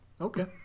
Okay